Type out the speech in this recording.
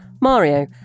Mario